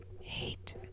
hate